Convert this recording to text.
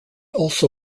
also